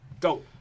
Go